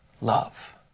love